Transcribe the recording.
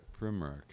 Primark